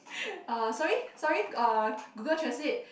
uh sorry sorry uh Google translate